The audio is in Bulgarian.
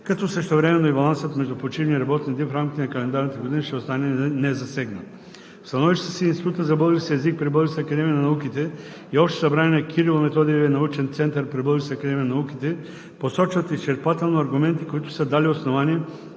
като същевременно и балансът между почивни и работни дни в рамките на календарната година ще остане незасегнат. В становищата си Институтът за български език при Българската академия на науките и Общото събрание на Кирило-Методиевския научен център при Българската академия на науките посочват изчерпателно аргументите, които са дали основание